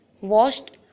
washed